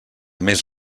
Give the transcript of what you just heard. més